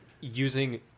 using